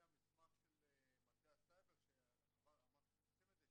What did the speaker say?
המסמך של מטה הסייבר שאמרת שהם עושים את זה,